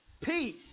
peace